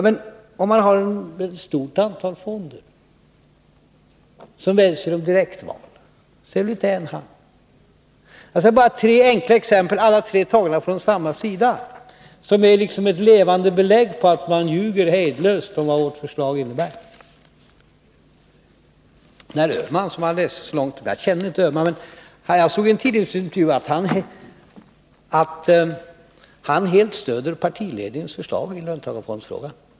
— Men om man har ett stort antal fonder och direkta val, är väl inte det att samla all makt på en hand? Jag har alltså nöjt mig med att ta bara tre exempel — alla återfinns på samma sida i herr Bohmans manus. De är liksom ett levande belägg för att man ljuger hejdlöst om innebörden av vårt förslag. Herr Bohman talade länge om Berndt Öhman. Jag känner inte honom, men jag har läst en tidningsintervju. Där står det att han helt stöder partiledningens förslag i löntagarfondsfrågan.